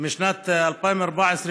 משנת 2014,